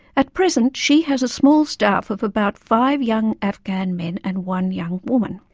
at present she has a small staff of about five young afghan men and one young woman.